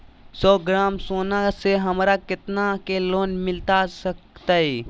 सौ ग्राम सोना से हमरा कितना के लोन मिलता सकतैय?